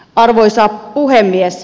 arvoisa puhemies